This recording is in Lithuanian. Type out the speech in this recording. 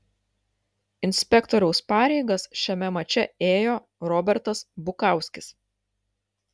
inspektoriaus pareigas šiame mače ėjo robertas bukauskis